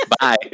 Bye